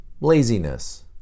laziness